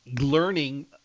learning